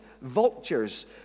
vultures